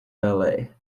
valet